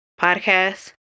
Podcast